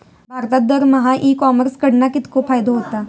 भारतात दरमहा e commerce कडणा कितको फायदो होता?